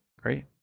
Great